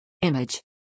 Image